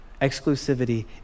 exclusivity